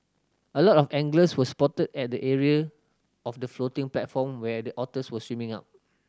a lot of anglers were spotted at the area of the floating platform where the otters were swimming up